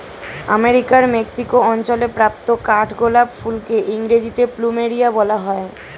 আমেরিকার মেক্সিকো অঞ্চলে প্রাপ্ত কাঠগোলাপ ফুলকে ইংরেজিতে প্লুমেরিয়া বলা হয়